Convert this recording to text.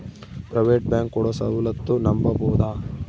Private bank ಕೊಡೊ ಸೌಲತ್ತು ನಂಬಬೋದ?